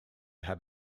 have